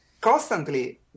constantly